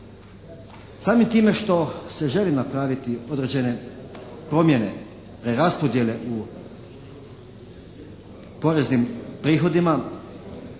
Samim time što se želi napraviti određene promjene preraspodjele u poreznim prihodima,